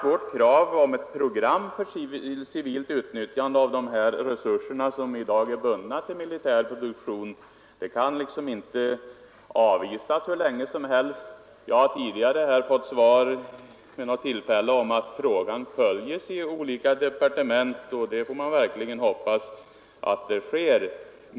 Vårt krav på ett program för civilt utnyttjande av de resurser som i dag är bundna till militär produktion kan inte avvisas hur länge som helst. Jag har tidigare vid något tillfälle fått svaret att frågan följs i olika departement, och jag hoppas verkligen att så sker.